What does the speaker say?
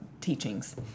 teachings